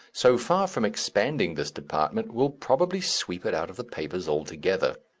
so far from expanding this department, will probably sweep it out of the papers altogether.